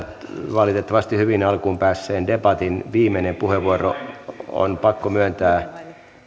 valitettavasti hyvin alkuun päässeen debatin viimeinen puheenvuoro on pakko myöntää